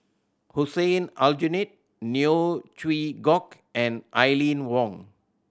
Hussein Aljunied Neo Chwee Kok and Aline Wong